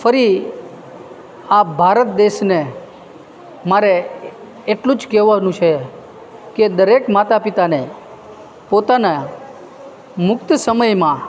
ફરી આ ભારત દેશને મારે એટલું જ કહેવાનું છે કે દરેક માતા પિતાને પોતાના મુક્ત સમયમાં